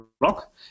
block